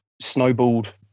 snowballed